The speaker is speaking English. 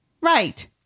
Right